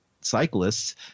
cyclists